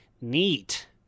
neat